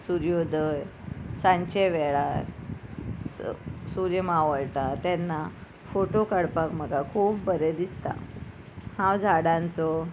सुर्योदय सांजचे वेळार सुर्य मावळटा तेन्ना फोटो काडपाक म्हाका खूब बरें दिसता हांव झाडांचो